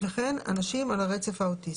וכן אנשים על הקצף האוטיסטי.